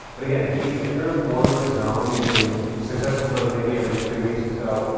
but again beets, if you're in a warmer zone you can succession sow them maybe every three weeks or so.